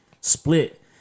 split